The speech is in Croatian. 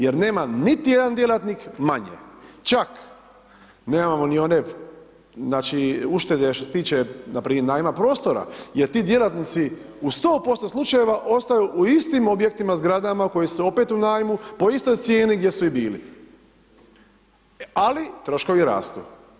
Jer nema niti jedan djelatnik manje, čak nemamo ni one uštede što se tiče, npr. najma prostora, jer ti djelatnicima, u 100% slučajeva ostaju u istim objektima, zgradama, koje su opet u najmu po istoj cijeni gdje su i bili, ali troškovi rastu.